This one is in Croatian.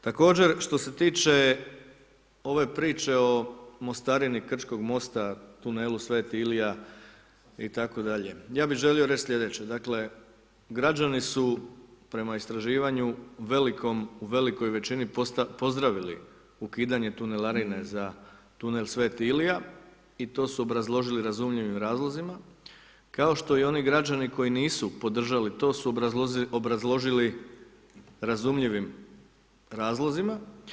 Također što se tiče ove priče o mostarini Krčkog mosta u Tunelu sv. Ilija itd. ja bih želio reći sljedeće, dakle građani su prema istraživanju velikom u velikoj većini pozdravili ukidanje tunelarine za Tunel sv. Ilija i to su obrazložili razumljivim razlozima, kao što i oni građani koji nisu podržali to su obrazložili razumljivim razlozima.